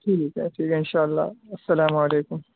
ٹھیک ہے ٹھیک ہے ان شاء اللہ السلام علیکم